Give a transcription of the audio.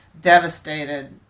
devastated